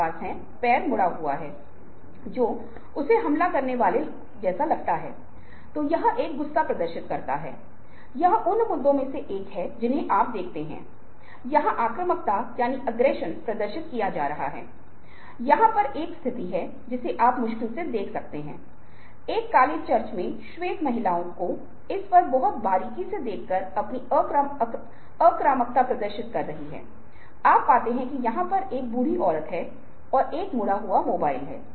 अब मैंने यहां जो केस स्टडी प्रस्तुत की है वह एक उदाहरण है और आप स्लाइड को खोल सकते हैं और इसकी जांच कर सकते हैं और इसे स्वयं कर सकते हैं और चर्चा मंच पर इसके बारे में अपनी राय दे सकते हैं जहां हमारे पास इसके लिए जगह है